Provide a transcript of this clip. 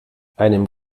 einem